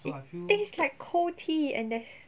it taste like cold tea and there's